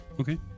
Okay